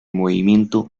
movimiento